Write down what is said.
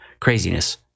craziness